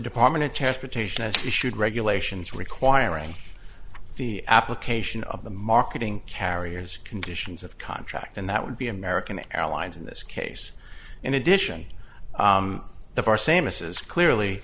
department of transportation and issued regulations requiring the application of the marketing carrier's conditions of contract and that would be american airlines in this case in addition the four samus is clearly